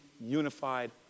unified